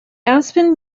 aspen